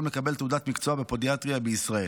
לקבל תעודת מקצוע בפודיאטריה בישראל.